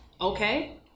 okay